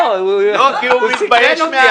לא עושים דבר כזה.